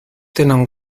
tenen